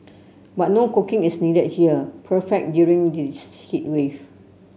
but no cooking is needed here perfect during this heat wave